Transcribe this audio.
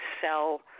sell